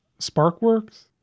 SparkWorks